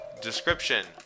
description